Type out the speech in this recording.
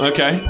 Okay